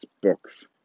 books